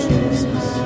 Jesus